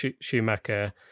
schumacher